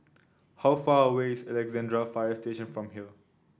how far away is Alexandra Fire Station from here